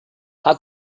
how